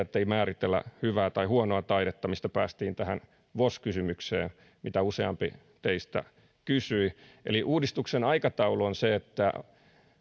ettei määritellä hyvää tai huonoa taidetta mistä päästiin tähän vos kysymykseen mistä useampi teistä kysyi uudistuksen aikataulu on se että